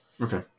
Okay